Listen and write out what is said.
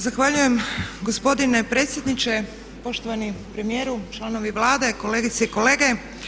Zahvaljujem gospodine predsjedniče, poštovani premijeru, članovi Vlade, kolegice i kolege.